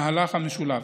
להלן: המהלך המשולב.